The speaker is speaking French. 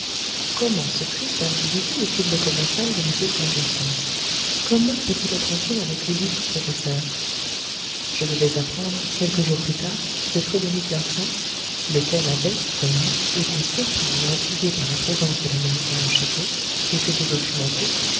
comment ce triste individu est-il le commensal de m stangerson comment peut-il être intime avec l'illustre professeur je devais apprendre quelques jours plus tard de frédéric larsan lequel avait comme nous été surpris et intrigué par la présence de l'américain au château et s'était documenté